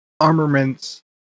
armaments